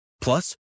Plus